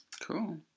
Cool